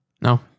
no